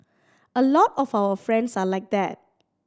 a lot of our friends are like that